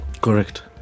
Correct